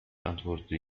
antworte